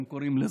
הם קוראים לזה.